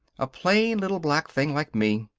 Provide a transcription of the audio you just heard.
a plain little black thing like me.